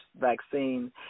vaccine